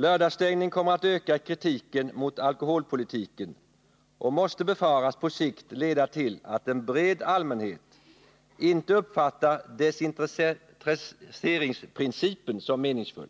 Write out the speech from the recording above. Lördagsstängning kommer att öka kritiken mot alkoholpolitiken och måste befaras på sikt leda till att en bred allmänhet inte uppfattar desintresseringsprincipen som meningsfull.